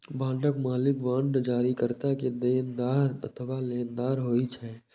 बांडक मालिक बांड जारीकर्ता के देनदार अथवा लेनदार होइ छै